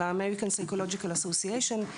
של ה-American Psychological Association.